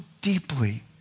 deeply